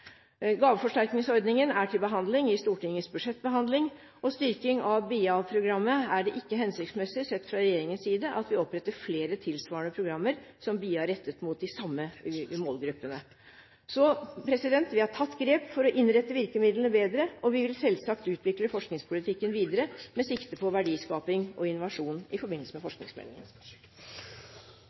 Gaveforsterkningsordningen er til budsjettbehandling i Stortinget. Når det gjelder styrking av BIA-programmet, er det ikke hensiktsmessig, sett fra regjeringens side, at vi oppretter flere tilsvarende programmer som BIA, rettet mot de samme målgruppene. Vi har tatt grep for å innrette virkemidlene bedre, og vi vil selvsagt utvikle forskningspolitikken videre med sikte på verdiskaping og innovasjon i forbindelse med forskningsmeldingen.